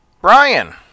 Brian